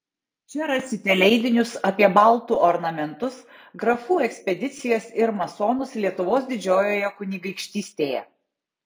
čia rasite leidinius apie baltų ornamentus grafų ekspedicijas ir masonus lietuvos didžiojoje kunigaikštystėje